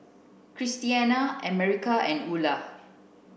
Christiana America and Ula